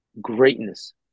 greatness